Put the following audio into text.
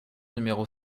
numéro